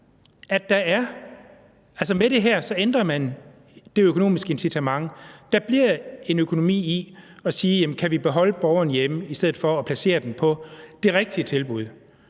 bekræfte, at med det her ændrer man det økonomiske incitament. Der bliver en økonomi i at overveje, om man kan beholde borgerne hjemme i kommunen i stedet for at placere dem i det rigtige tilbud.